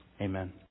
amen